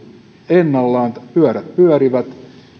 ennallaan että pyörät pyörivät